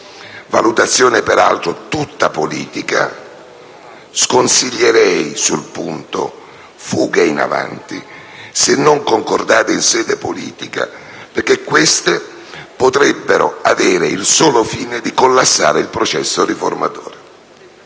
valutazione, peraltro, tutta politica. Sconsiglierei, sul punto, fughe in avanti, se non concordate in sede politica, perché queste potrebbero avere il solo fine di far collassare il processo riformatore.